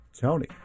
tony